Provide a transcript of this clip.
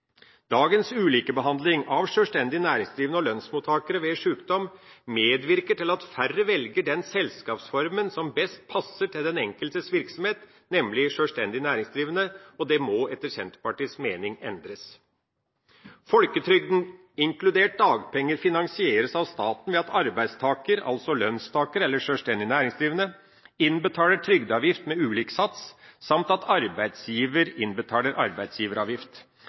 Dagens ulikebehandling av sjølstendig næringsdrivende og lønnsmottakere ved sykdom medvirker til at færre velger den selskapsformen som best passer til den enkeltes virksomhet, nemlig sjølstendig næringsdrivende, og det må etter Senterpartiets mening endres. Folketrygden, inkludert dagpenger, finansieres av staten ved at arbeidstaker, altså lønnstaker eller sjølstendig næringsdrivende, innbetaler trygdeavgift med ulik sats samt at arbeidsgiver innbetaler arbeidsgiveravgift.